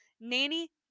Nanny